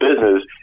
business